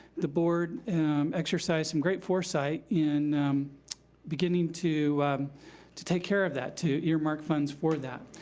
the board exercised some great foresight in beginning to to take care of that, to earmark funds for that.